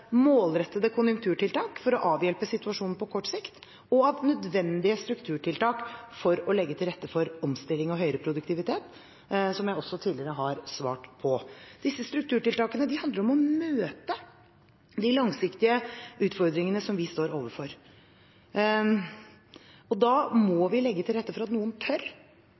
målrettede konjunkturtiltak for å avhjelpe situasjonen på kort sikt og nødvendige strukturtiltak for å legge til rette for omstilling og høyere produktivitet, som jeg også tidligere har svart på. Disse strukturtiltakene handler om å møte de langsiktige utfordringene vi står overfor. Da må vi legge til rette for at noen tør